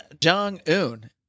Jong-un